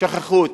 שכחו אותם.